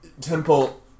Temple